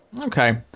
Okay